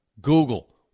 Google